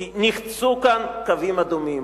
כי נחצו כאן קווים אדומים.